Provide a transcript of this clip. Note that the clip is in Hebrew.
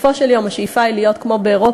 בסופו של יום השאיפה היא להיות כמו באירופה,